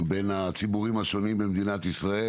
בין הציבורים השונים במדינת ישראל.